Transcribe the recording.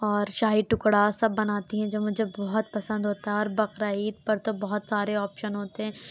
اور شاہی ٹکڑا سب بناتی ہیں جو مجھے بہت پسند ہوتا ہے اور بقر عید پر تو بہت سارے آپشن ہوتے ہیں